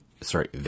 Sorry